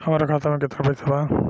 हमरा खाता मे केतना पैसा बा?